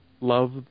love